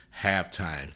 halftime